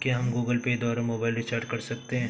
क्या हम Google Pay द्वारा मोबाइल रिचार्ज कर सकते हैं?